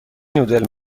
نودل